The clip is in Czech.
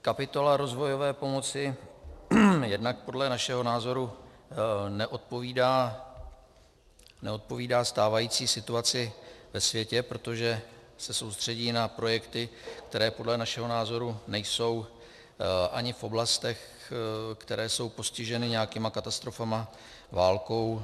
Kapitola rozvojové pomoci jednak podle našeho názoru neodpovídá stávající situaci ve světě, protože se soustředí na projekty, které podle našeho názoru nejsou ani v oblastech, které jsou postiženy nějakými katastrofami, válkou.